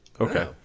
Okay